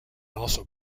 also